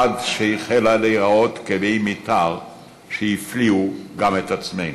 עד שהיא החלה להראות קווי מתאר שהפליאו גם את עצמנו,